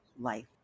life